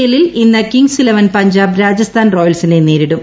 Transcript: എല്ലിൽ ഇന്ന് Kings Eleven Punjab Rajasthan റോയൽസിനെ നേരിടും